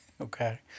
Okay